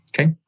okay